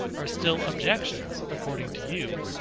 are still objections, according to you,